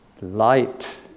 light